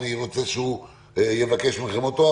ואני רוצה שהוא יבקש מכם אותו.